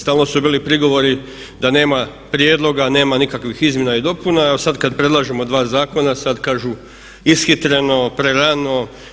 Stalno su bili prigovori da nema prijedloga, nema nikakvih izmjena i dopuna, sad kad predlažemo dva zakona, sad kažu ishitreno, prerano.